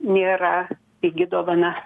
nėra pigi dovana